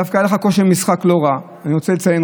דווקא היה לך כושר משחק לא רע, אני רוצה לציין.